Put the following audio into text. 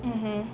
mmhmm